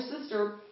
sister